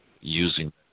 using